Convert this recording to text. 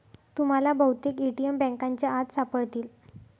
तुम्हाला बहुतेक ए.टी.एम बँकांच्या आत सापडतील